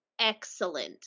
excellent